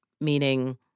meaning